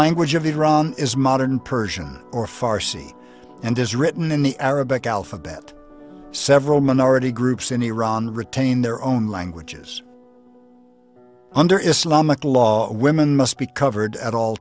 language of iran is modern persian or farsi and is written in the arabic alphabet several minority groups in iran retain their own languages under islamic law women must be covered at all